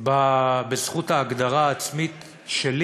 בזכות ההגדרה העצמית שלי,